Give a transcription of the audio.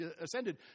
ascended